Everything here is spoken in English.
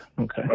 okay